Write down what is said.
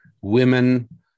women